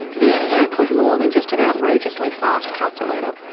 the eniac was more than just an outrageously fast calculator,